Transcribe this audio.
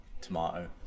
tomato